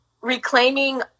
reclaiming